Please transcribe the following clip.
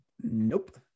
Nope